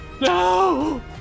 No